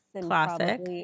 classic